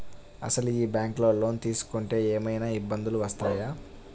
అసలు ఈ బ్యాంక్లో లోన్ తీసుకుంటే ఏమయినా ఇబ్బందులు వస్తాయా?